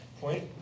point